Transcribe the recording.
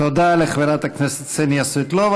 תודה לחברת הכנסת קסניה סבטלובה.